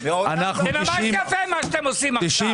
--- זה ממש יפה מה שאתם עושים עכשיו,